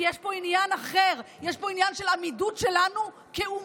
כי יש פה עניין אחר: יש פה עניין של עמידות שלנו כאומה,